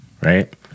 right